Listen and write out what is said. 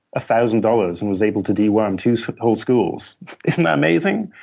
ah thousand dollars and was able to deworm two so whole schools. isn't that amazing?